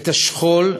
את השכול,